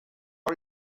are